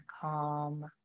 calm